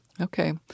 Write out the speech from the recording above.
Okay